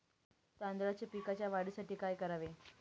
तांदळाच्या पिकाच्या वाढीसाठी काय करावे?